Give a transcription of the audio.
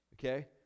Okay